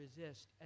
resist